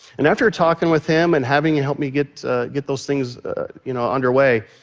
and after talking with him and having him help me get get those things you know underway,